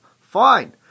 Fine